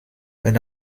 wenn